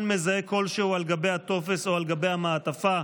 מזהה כלשהו על גבי הטופס או על גבי המעטפה.